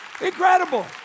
Incredible